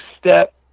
step